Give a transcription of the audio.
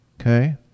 Okay